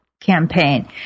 campaign